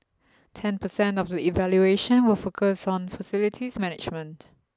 ten percent of the evaluation will focus on facilities management